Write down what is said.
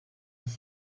els